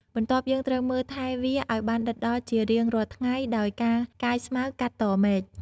បន្ទាប់យើងត្រូវមើលថែវាឱ្យបានដិតដល់ជារៀងរាល់ថ្ងៃដោយការកាយស្មៅ កាត់តមែក។